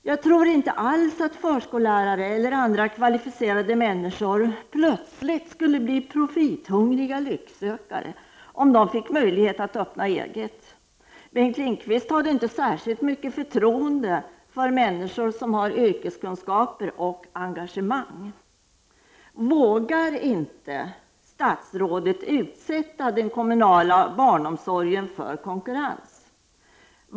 Jag tror inte alls att förskollärare eller annan kvalificerad personal plötsligt skulle bli profithungriga lycksökare om de fick möjlighet att öppna eget. Bengt Lindqvist har inte särskilt mycket förtroende för människor som har yrkeskunskap och engagemang. Vågar inte statsrådet utsätta den kommunala barnomsorgen för konkurrens?